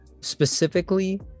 specifically